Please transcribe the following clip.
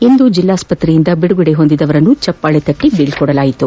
ಇಂದು ಜಿಲ್ಲಾಸ್ಪತ್ರೆಯಿಂದ ಬಿಡುಗಡೆ ಹೊಂದಿದವರನ್ನು ಚಪ್ಪಾಳೆ ತಟ್ಟ ಬೀಳ್ಕೊಡಲಾಯಿತು